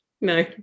No